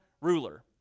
ruler